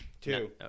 two